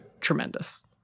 tremendous